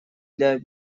для